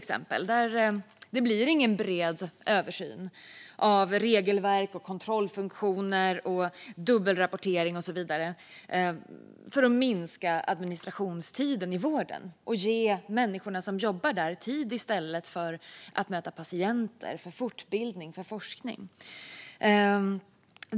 Det blir ingen bred översyn av regelverk, kontrollfunktioner, dubbelrapportering och så vidare för att minska administrationstiden i vården och i stället ge människorna som jobbar där tid för att möta patienter, för fortbildning och för forskning.